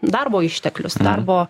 darbo išteklius darbo